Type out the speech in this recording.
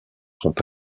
sont